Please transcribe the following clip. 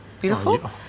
Beautiful